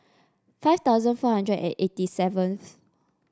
five thousand four hundred and eighty seventh